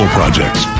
projects